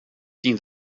seen